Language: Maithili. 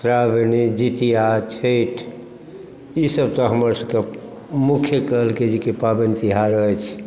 श्रावणी जितिया छैठ ई सब तऽ हमर सबके मुख्य कहलकै जे कि पाबनि तिहार अछि